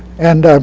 and